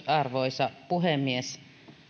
arvoisa puhemies